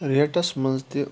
ریٹَس منٛز تہِ